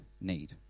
need